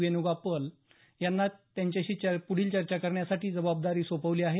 वेण्गोपाल यांच्यावर त्यांच्याशी पुढील चर्चा करण्याची जबाबदारी सोपवली आहे